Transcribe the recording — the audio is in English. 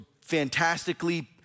fantastically